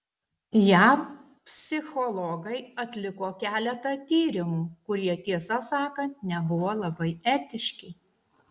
jav psichologai atliko keletą tyrimų kurie tiesą sakant nebuvo labai etiški